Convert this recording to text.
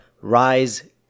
Rise